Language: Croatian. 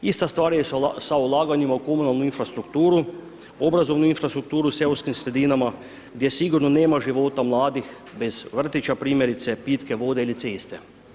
Ista stvar je sa ulaganja sa infrastrukturu, obrazovnu infrastrukturu u seoskim sredinama, gdje sigurno nema života mladih, bez vrtića, primjerice, pitke vode ili ceste.